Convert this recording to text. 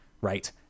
right